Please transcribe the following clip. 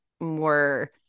more